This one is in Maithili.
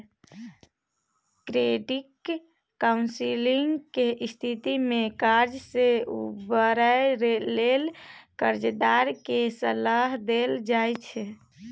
क्रेडिट काउंसलिंग के स्थिति में कर्जा से उबरय लेल कर्जदार के सलाह देल जाइ छइ